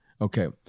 Okay